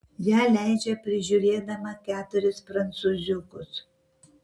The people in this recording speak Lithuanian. ją leidžia prižiūrėdama keturis prancūziukus